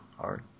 hard